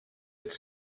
its